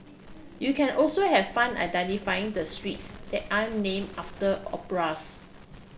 you can also have fun identifying the streets that an named after